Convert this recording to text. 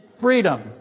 freedom